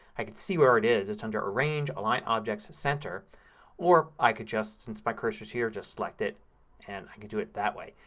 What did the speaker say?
i can see where it is. it's under arrange, align objects, center or i can just, since my cursor's here, just select it and i can do it that way.